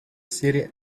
city